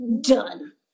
Done